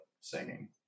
singing